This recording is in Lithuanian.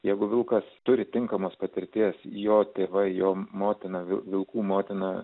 jeigu vilkas turi tinkamos patirties jo tėvai jo motina vilkų motina